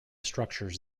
structures